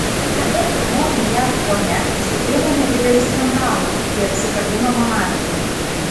tada pirmoji jav ponia sukėlė nedidelį skandalą kai apsikabino monarchę